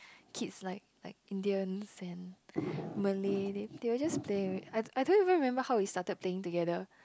kids like like Indian Sand Malay they they will just play with it I I don't even remember how we started playing together